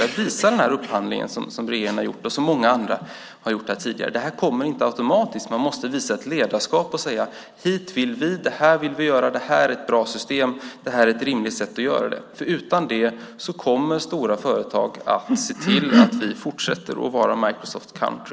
Det visar den upphandling som regeringen har gjort och som många andra har gjort tidigare. Det kommer inte automatiskt. Man måste visa ett ledarskap och säga: Hit vill vi. Det här vill vi göra. Det här är ett bra system. Det här är ett rimligt sätt att göra det. Utan det kommer stora företag att se till att vi fortsätter att vara Microsoftcountry.